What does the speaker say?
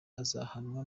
azahabwa